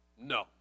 No